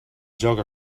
joc